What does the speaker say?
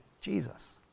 Jesus